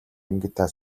ангидаа